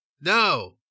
no